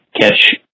catch